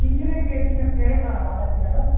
insurance agent Shreyas ಅವ್ರಾ ಮಾತಾಡ್ತಿರೋದು